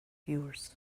viewers